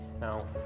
Now